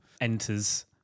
enters